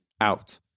out